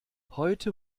heute